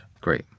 Great